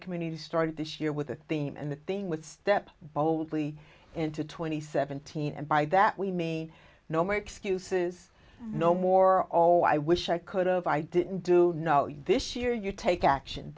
community started this year with the theme and the thing with step boldly into twenty seventeen and by that we mean no more excuses no more all i wish i could of i didn't do no this year you take action